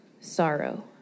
sorrow